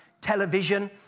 television